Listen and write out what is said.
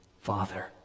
Father